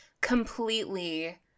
completely